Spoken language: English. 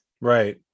Right